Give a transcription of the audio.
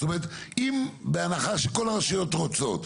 זאת אומרת, אם בהנחה שכל הרשויות רוצות,